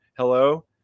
Hello